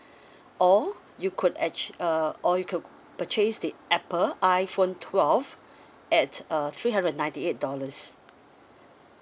or you could actu~ uh or you could purchase the apple iphone twelve at a three hundred and ninety eight dollars